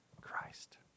Christ